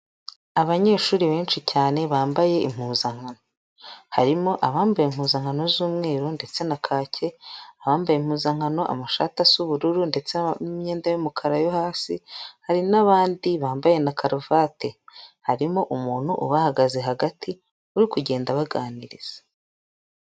Abanyeshuri benshi cyane bambaye impuzankano, harimo abambaye impuzankano z'umweru ndetse na kake, abambaye impuzankano amashati asa ubururu ndetse n'imyenda y'umukara yo hasi, hari n'abandi bambaye na karuvati, harimo umuntu ubahagaze hagati uri kugenda abaganiriza.